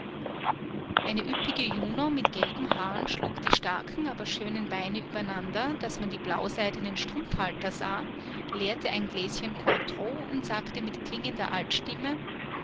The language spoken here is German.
eine üppige juno mit gelben haaren schlug die starken aber schönen beine übereinander daß man die blauseidenen strumpfhalter sah leerte ein gläschen cointreau und sagte mit klingender altstimme